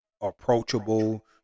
approachable